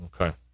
okay